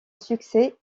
succès